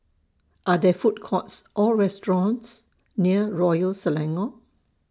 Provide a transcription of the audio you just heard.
Are There Food Courts Or restaurants near Royal Selangor